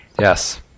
Yes